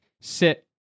sit